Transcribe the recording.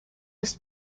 his